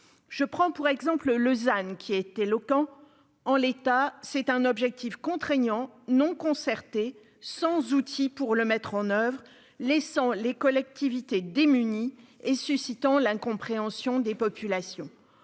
je prends pour exemple Lausanne qui est éloquent : en l'état, c'est un objectif contraignant non concertée, sans outil pour le mettre en oeuvre, laissant les collectivités démunies et suscitant l'incompréhension des populations,